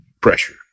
pressure